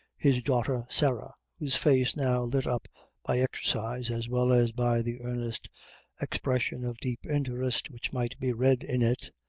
his daughter sarah, whose face, now lit up by exercise, as well as by the earnest expression of deep interest which might be read in it,